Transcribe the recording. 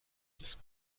des